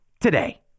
today